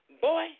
boy